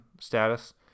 status